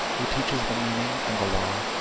who teaches the meaning and the law,